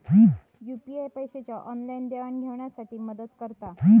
UPI पैशाच्या online देवाणघेवाणी साठी मदत करता